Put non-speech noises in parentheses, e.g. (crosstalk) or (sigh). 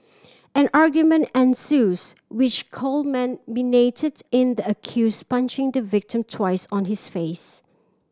an argument ensues which (unintelligible) in the accused punching the victim twice on his face